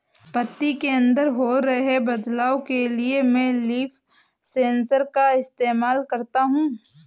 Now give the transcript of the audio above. पत्ती के अंदर हो रहे बदलाव के लिए मैं लीफ सेंसर का इस्तेमाल करता हूँ